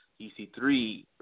EC3